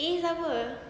A siapa